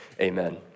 amen